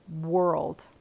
world